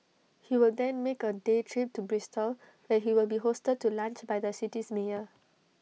he will then make A day trip to Bristol where he will be hosted to lunch by the city's mayor